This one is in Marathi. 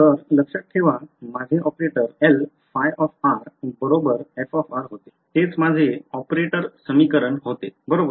तर लक्षात ठेवा माझे ऑपरेटर Lϕ बरोबर f होते तेच माझे ऑपरेटर समीकरण होते बरोबर